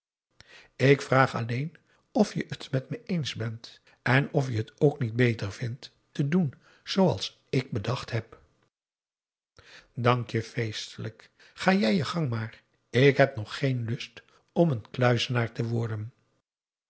ik vraag alleen of je het met me eens bent en of je het ook niet beter vindt te doen zooals ik bedacht heb dank je feestelijk ga jij je gang maar ik heb nog geen lust om een kluizenaar te worden